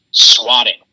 swatting